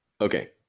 Okay